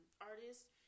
artists